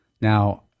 Now